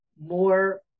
more